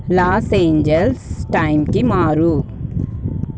Los Angeles టైంకి మారు